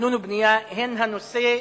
תכנון ובנייה הם הנושא,